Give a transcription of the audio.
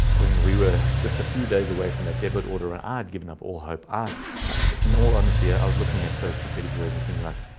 when we were just a few days away from their debit, order, and ah ad given up all hope. ah in all honesty, ah i was looking at those prophetic words and thinking like,